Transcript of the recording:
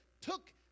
took